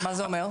מה זה אומר?